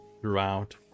throughout